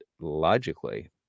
logically